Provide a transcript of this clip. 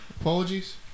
Apologies